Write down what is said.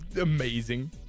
amazing